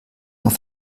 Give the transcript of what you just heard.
auf